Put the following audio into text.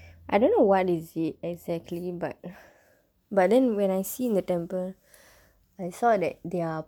I don't know what is it exactly but but then when I seen the temple I saw that they're